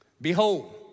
Behold